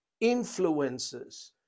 influences